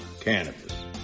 cannabis